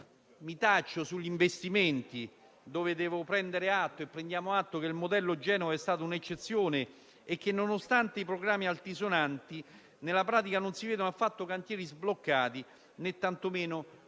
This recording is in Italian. Mi taccio sugli investimenti, rispetto ai quali prendiamo atto che il modello Genova è stato un'eccezione e che nonostante i proclami altisonanti nella pratica non si vedono affatto cantieri sbloccati, né tantomeno